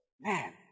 Man